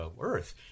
Earth